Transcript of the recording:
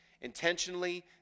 intentionally